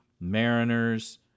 Mariners